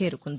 చేరుకుంది